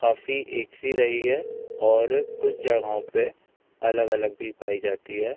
काफ़ी एक सी रही है और कुछ जगहों पर अलग अलग भी पाई जाती है